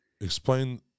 Explain